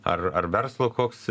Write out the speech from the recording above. ar ar verslo koks